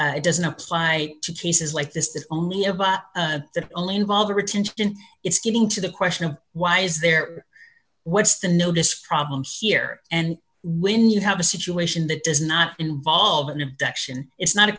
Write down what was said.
it doesn't apply to cases like this is only about the only involve the attention it's getting to the question of why is there what's the noticed problems here and when you have a situation that does not involve an abduction it's not